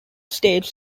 states